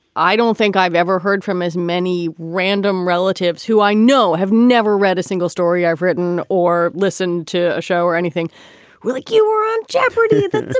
i don't think i've ever heard from as many random relatives who i know have never read a single story i've written or listened to a show or anything like you were on jeopardy!